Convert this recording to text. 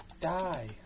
Die